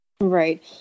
Right